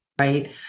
right